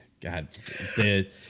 God